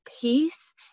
peace